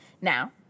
Now